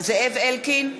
זאב אלקין,